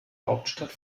hauptstadt